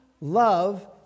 love